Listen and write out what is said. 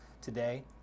today